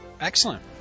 excellent